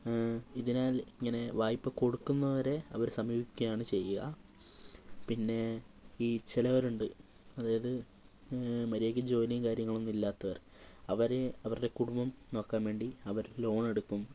ഇതിനാൽ ഇങ്ങനെ വായ്പ കൊടുക്കുന്നവരെ അവർ സമീപിക്കുകയാണ് ചെയ്യുക പിന്നെ ഈ ചിലവരുണ്ട് അതായത് മര്യാദയ്ക്ക് ജോലിയും കാര്യങ്ങളും ഒന്നും ഇല്ലാത്തവർ അവർ അവരുടെ കുടുംബം നോക്കാൻ വേണ്ടി അവർ ലോൺ എടുക്കും